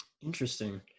Interesting